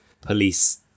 police